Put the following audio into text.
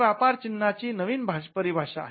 ही व्यापार चिन्हाची नवीन परिभाषा आहे